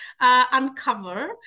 uncover